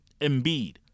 Embiid